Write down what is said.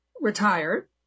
retired